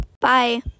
Bye